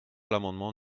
l’amendement